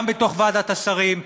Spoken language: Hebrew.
גם בתוך ועדת השרים,